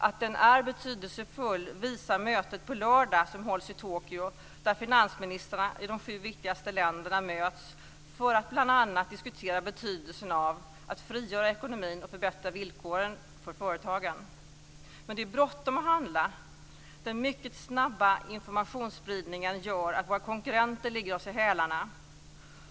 Att den är betydelsefull visar mötet på lördag som hålls i Tokyo där finansministrarna i de sju viktigaste länderna möts för att bl.a. diskutera betydelsen av att frigöra ekonomin och förbättra villkoren för företagen. Men det är bråttom att handla. Den mycket snabba informationsspridningen gör att våra konkurrenter ligger oss i hälarna.